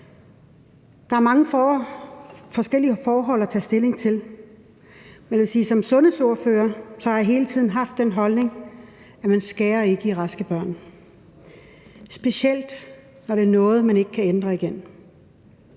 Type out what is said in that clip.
Der er mange forskellige forhold at tage stilling til, men jeg vil sige som sundhedsordfører, at jeg hele tiden har haft den holdning, at man ikke skærer i raske børn – specielt når det er noget, man ikke kan ændre igen.